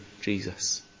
Jesus